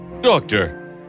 Doctor